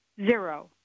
Zero